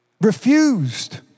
Refused